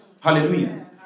Hallelujah